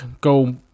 go